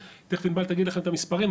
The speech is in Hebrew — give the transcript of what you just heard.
תכף ענבל תגיד לכם את המספרים,